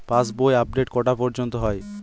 পাশ বই আপডেট কটা পর্যন্ত হয়?